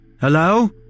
Hello